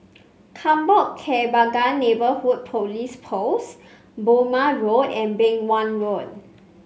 Kampong Kembangan Neighbourhood Police Post Burmah Road and Beng Wan Road